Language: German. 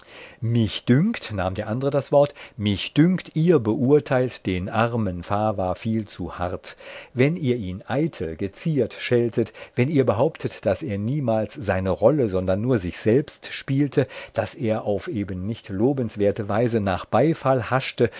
mich dünkt nahm der andere das wort mich dünkt ihr beurteilt den armen fava viel zu hart wenn ihr ihn eitel geziert scheltet wenn ihr behauptet daß er niemals seine rolle sondern nur sich selbst spielte daß er auf eben nicht lobenswerte weise nach beifall haschte